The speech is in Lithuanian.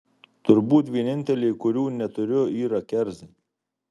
turbūt vieninteliai kurių neturiu yra kerzai